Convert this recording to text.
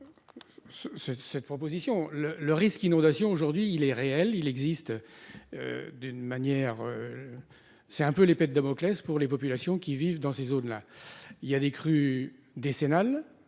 cette proposition le le risque inondation, aujourd'hui il est réel, il existe d'une manière c'est un peu l'épée de Damoclès pour les populations qui vivent dans ces zones là il y a des crues décennales,